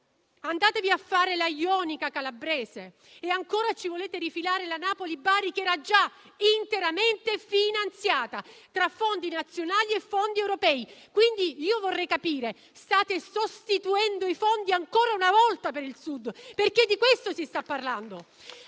che percorriate la Jonica e ancora ci volete rifilare la Napoli-Bari, che era già interamente finanziata, tra fondi nazionali e fondi europei. Vorrei capire se state sostituendo i fondi ancora una volta per il Sud, perché di questo si sta parlando.